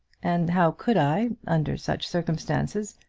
and how could i, under such circumstances,